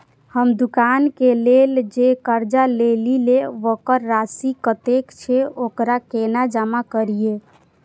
हम दुकान के लेल जे कर्जा लेलिए वकर राशि कतेक छे वकरा केना जमा करिए?